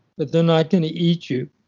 but they're not going to eat you.